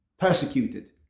Persecuted